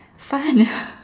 fun